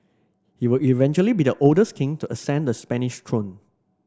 he will eventually be the oldest king to ascend the Spanish throne